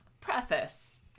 preface